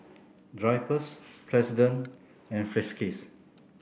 Drypers President and Friskies